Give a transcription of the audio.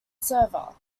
server